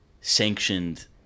sanctioned